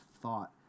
thought